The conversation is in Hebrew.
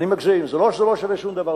אני מגזים: לא שזה לא שווה שום דבר,